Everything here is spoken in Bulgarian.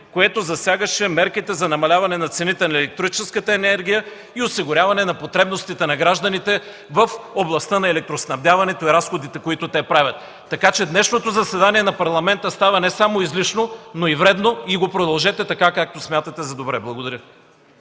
което засягаше мерките за намаляване на цените на електрическата енергия и осигуряване на потребностите на гражданите в областта на електроснабдяването и разходите, които те правят. Днешното заседание на Парламента става не само излишно, но и вредно, и го продължете така, както смятате за добре. Благодаря.